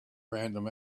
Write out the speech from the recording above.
random